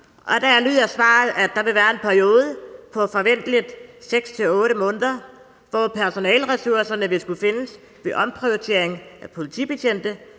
Der lyder svaret, at der forventeligt vil være en periode på 6-8 måneder, hvor personaleressourcerne vil skulle findes ved omprioritering af politiopgaver.